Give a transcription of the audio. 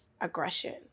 aggression